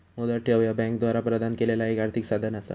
मुदत ठेव ह्या बँकांद्वारा प्रदान केलेला एक आर्थिक साधन असा